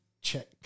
check